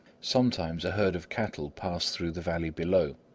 sometimes a herd of cattle passed through the valley below,